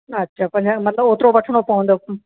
अछा पंजाह मतिलबु ओतिरो वठिणो पवंदो